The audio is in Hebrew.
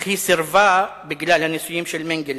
אך היא סירבה, בגלל הניסויים של מנגלה.